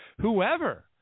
whoever